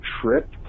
trip